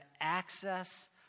access